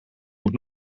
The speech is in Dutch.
moet